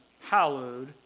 hallowed